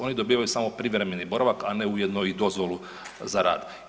Oni dobivaju samo privremeni boravak, a ne ujedno i dozvolu za rad.